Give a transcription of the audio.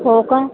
हो का